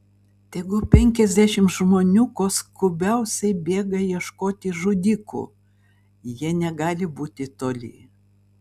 tegu penkiasdešimt žmonių kuo skubiausiai bėga ieškoti žudikų jie negali būti toli